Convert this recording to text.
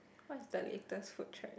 what's the latest food trend